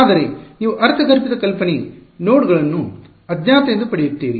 ಆದರೆ ನೀವು ಅರ್ಥಗರ್ಭಿತ ಕಲ್ಪನೆ ನೋಡ್ಗಳನ್ನು ಅಜ್ಞಾತ ಎಂದು ಪಡೆಯುತ್ತೀರಿ